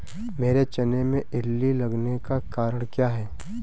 मेरे चने में इल्ली लगने का कारण क्या है?